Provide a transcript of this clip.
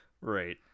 Right